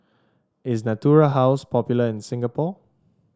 is Natura House popular in Singapore